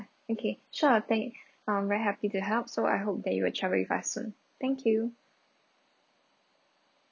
okay sure thanks um very happy to help so I hope that you would reach us soon thank you